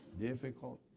Difficult